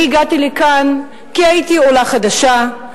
אני הגעתי לכאן כי הייתי עולה חדשה,